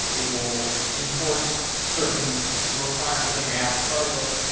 it will enforce certain requirements on your app regardless.